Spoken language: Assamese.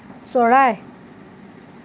চৰাই